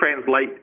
translate